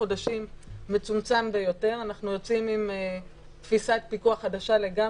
חודשים מצומצם ביותר אנחנו יוצאים עם תפיסת פיקוח חדשה לגמרי,